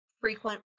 frequent